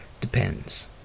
Depends